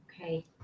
Okay